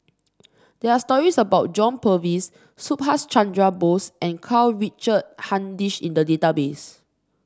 there are stories about John Purvis Subhas Chandra Bose and Karl Richard Hanitsch in the database